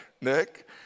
Nick